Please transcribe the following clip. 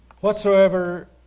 whatsoever